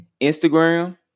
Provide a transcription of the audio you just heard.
Instagram